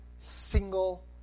single